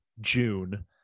June